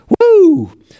woo